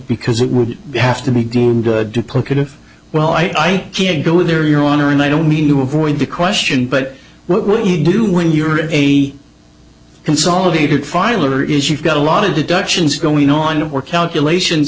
because it would have to be deemed duplicative well i can't go there your honor and i don't mean you avoid the question but what will you do when you're a consolidated filer is you've got a lot of deductions going on or calculations